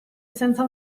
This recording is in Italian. senza